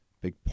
big